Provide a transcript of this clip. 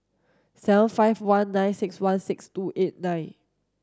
seven five one nine six one six two eight nine